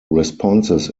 responses